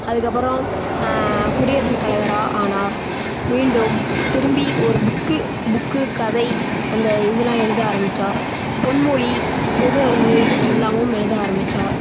அதுக்கப்புறம் குடியரசு தலைவராக ஆனார் மீண்டும் திரும்பி ஒரு புக்கு புக்கு கதை அந்த இதெலாம் எழுத ஆரம்பித்தார் பொன்மொழி பொது அறிவு எல்லாமும் எழுத ஆரம்பித்தார்